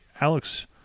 Alex